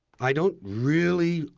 i don't really,